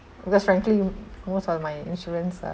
because frankly most of my insurance are